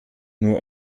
nur